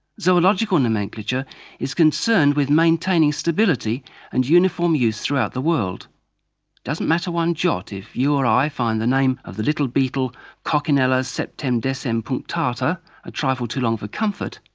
zoological nomenclature is concerned with maintaining stability and uniform use throughout the world. it doesn't matter one jot if you or i find the name of the little beetle coccinella septemdecempunctata a trifle too long for comfort.